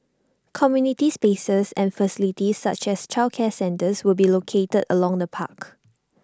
community spaces and facilities such as childcare centres will be located along the park